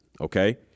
okay